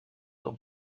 dans